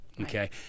Okay